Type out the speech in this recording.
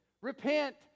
Repent